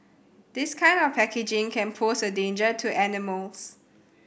this kind of packaging can pose a danger to animals